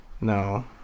no